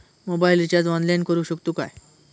Mobile recharge online करुक शकतू काय?